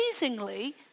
amazingly